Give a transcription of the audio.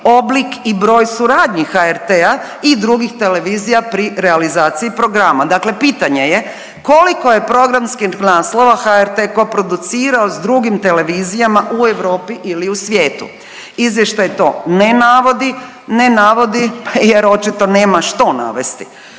oblik i broj suradnji HRT-a i drugih televizija pri realizaciji programa. Dakle, pitanje je koliko je programskih naslova HRT kooproducirao sa drugim televizijama u Europi ili u svijetu. Izvještaj to ne navodi, ne navodi jer očito nema što navesti.